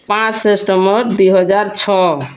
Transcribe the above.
ପାଞ୍ଚ ସେପ୍ଟେମ୍ବର୍ ଦୁଇ ହଜାର ଛଅ